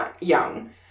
young